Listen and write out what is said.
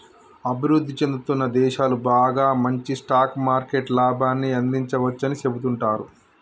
అభివృద్ధి చెందుతున్న దేశాలు బాగా మంచి స్టాక్ మార్కెట్ లాభాన్ని అందించవచ్చని సెబుతుంటారు